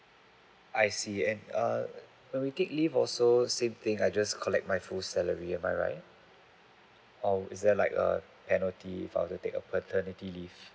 I see and uh when we take leave also same thing I just collect my full salary am I right or is there like a penalty father take a paternity leave